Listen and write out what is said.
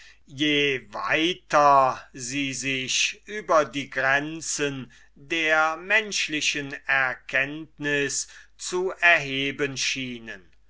je weiter sie sich über die grenzen der menschlichen erkenntnis zu erheben schienen